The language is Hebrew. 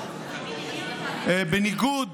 בניגוד